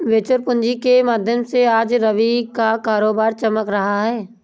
venture पूँजी के माध्यम से आज रवि का कारोबार चमक रहा है